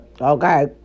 Okay